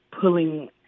pulling